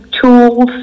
tools